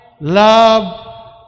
love